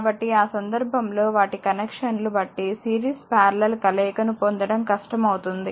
కాబట్టి ఆ సందర్భంలో వాటి కనెక్షన్లు బట్టి సిరీస్ పారలెల్ కలయికను పొందడం కష్టమవుతుంది